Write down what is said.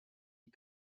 die